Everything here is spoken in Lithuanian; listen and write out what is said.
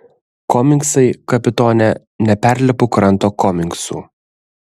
komingsai kapitone neperlipu kranto komingsų